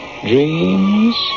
dreams